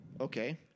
Okay